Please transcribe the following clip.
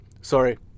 Sorry